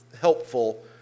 helpful